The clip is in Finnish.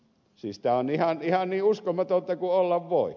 siis tämä on ihan niin uskomatonta kuin olla voi